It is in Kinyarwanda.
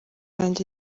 yanjye